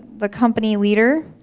the company leader,